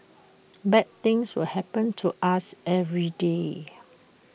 bad things will happen to us every day